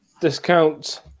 discounts